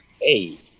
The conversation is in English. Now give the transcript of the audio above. Hey